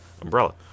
umbrella